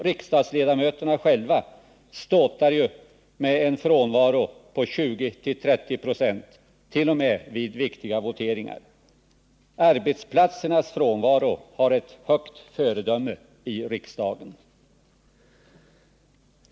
Riksdagsledamöterna själva ståtar ju med en frånvaro på 20-30 96, t.o.m. vid viktiga voteringar. Arbetsplatsernas frånvaro har ett högt föredöme i riksdagen.